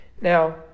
Now